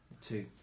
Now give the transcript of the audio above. two